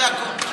זה הכול.